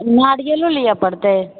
नारियलो लिअ परतै